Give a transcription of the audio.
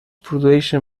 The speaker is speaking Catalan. produeixen